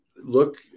look